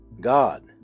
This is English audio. God